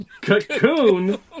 Cocoon